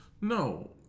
No